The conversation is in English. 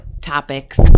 topics